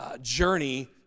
journey